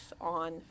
on